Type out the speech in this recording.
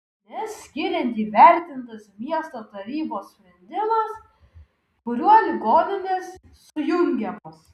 nes skiriant įvertintas miesto tarybos sprendimas kuriuo ligoninės sujungiamos